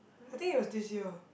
I think it was this year